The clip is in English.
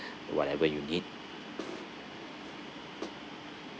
whatever you need